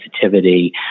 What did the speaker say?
sensitivity